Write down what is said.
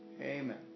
amen